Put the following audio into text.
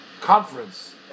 conference